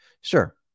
Sure